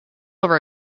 over